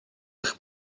eich